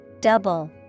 Double